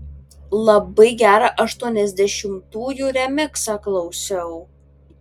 labai gerą aštuoniasdešimtųjų remiksą klausiau